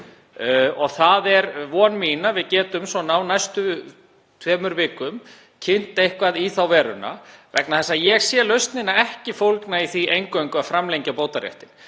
Það er von mín að við getum á næstu tveimur vikum kynnt eitthvað í þá veruna vegna þess að ég sé lausnina ekki fólgna í því eingöngu að framlengja bótaréttinn.